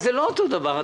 זה לא אותו דבר.